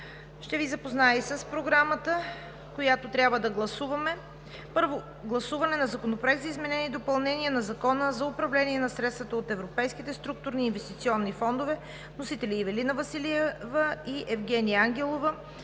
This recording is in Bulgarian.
Ще Ви запозная и с Програмата, която трябва да гласуваме: „2. Първо гласуване на Законопроекта за изменение и допълнение на Закона за управление на средствата от Европейските структурни и инвестиционни фондове. Вносители са Ивелина Василева и Евгения Ангелова